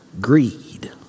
greed